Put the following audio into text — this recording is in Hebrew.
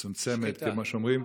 מצומצמת, כמו שאומרים.